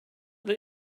that